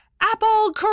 Apple